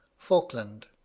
falkland.